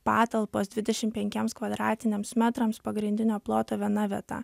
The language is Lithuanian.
patalpos dvidešim penkiems kvadratiniams metrams pagrindinio ploto viena vieta